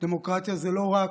דמוקרטיה זה לא רק: